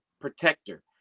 protector